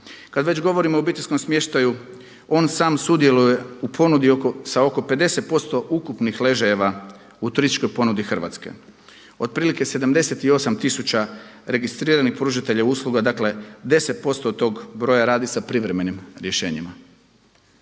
Kad već govorimo o obiteljskom smještaju on sam sudjeluje u ponudi sa oko 50% ukupnih ležajeva u turističkoj ponudi Hrvatske otprilike 78000 registriranih pružatelja usluga, dakle 10% od tog broja radi sa privremenim rješenjima.